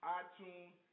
iTunes